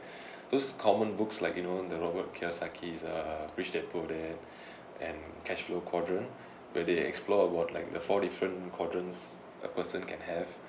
those common books like you know the robert kiyosaki's uh rich dad poor dad and cashflow quadrant where they explore about like the four different quadrants a person can have